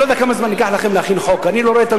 אני לא יודע כמה זמן ייקח לכם להכין חוק,